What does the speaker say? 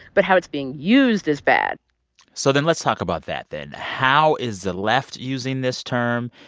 but how it's being used is bad so then let's talk about that then. how is the left using this term?